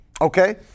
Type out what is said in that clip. Okay